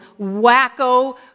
wacko